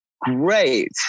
great